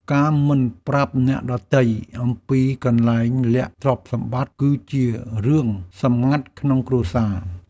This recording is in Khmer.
ការមិនប្រាប់អ្នកដទៃអំពីកន្លែងលាក់ទ្រព្យសម្បត្តិ គឺជារឿងសម្ងាត់ក្នុងគ្រួសារ។